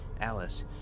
Alice